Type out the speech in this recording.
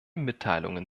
mitteilungen